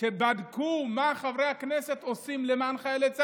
שבה בדקו מה חברי הכנסת עושים למען חיילי צה"ל.